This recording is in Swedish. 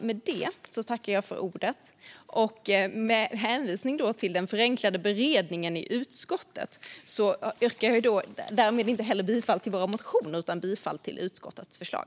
Med hänvisning till den förenklade beredningen i utskottet yrkar jag inte bifall till våra motioner utan till utskottets förslag.